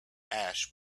ash